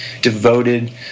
devoted